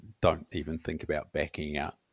don't-even-think-about-backing-out